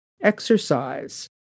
exercise